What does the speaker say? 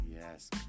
Yes